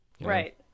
right